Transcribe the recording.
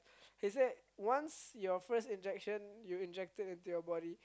they say once your first injection you injected into your body